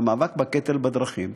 של המאבק בקטל בדרכים,